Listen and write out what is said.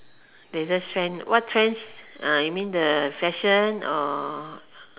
there's those trend what trends uh you mean the fashion or